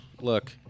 Look